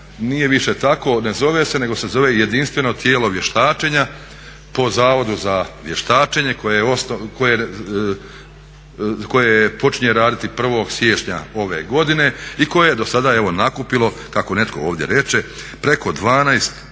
nije više tako ne zove se, nego se zove jedinstveno tijelo vještačenja po Zavodu za vještačenje koje počinje raditi 1. siječnja ove godine i koje je do sada evo nakupilo kako netko ovdje reče preko 12,